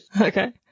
Okay